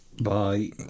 Bye